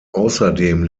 außerdem